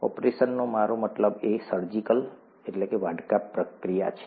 ઓપરેશનનો મારો મતલબ એ સર્જિકલવાઢકાપ પ્રક્રિયા છે